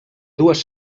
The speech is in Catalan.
dues